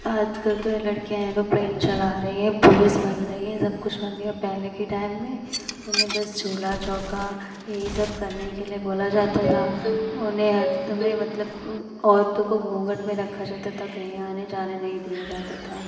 आजकल तो लड़कियाँ एरोप्लेन चला रही हैं पुलिस बन रही हैं सब कुछ बन रही हैं और पहले के टाइम में उन्हें बस चूल्हा चौका यही सब करने के लिए बोला जाता था उन्हें हर समय मतलब औरतों को घूंघट में रखा जाता था कहीं आने जाने नहीं दिया जाता था